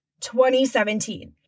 2017